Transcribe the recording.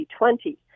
2020